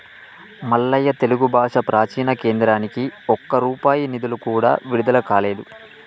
మల్లయ్య తెలుగు భాష ప్రాచీన కేంద్రానికి ఒక్క రూపాయి నిధులు కూడా విడుదల కాలేదు